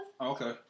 Okay